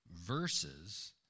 verses